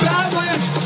Badlands